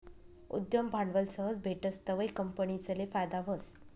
उद्यम भांडवल सहज भेटस तवंय कंपनीसले फायदा व्हस